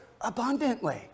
abundantly